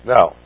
Now